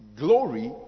glory